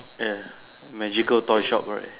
ya magical toy shop right